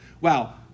Wow